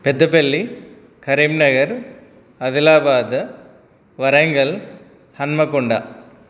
Peddapalli Karimnagar Adilabad Warangal Hanumakonda